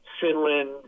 Finland